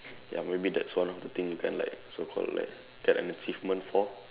ya maybe that's one of the thing you can like so called like get an achievement for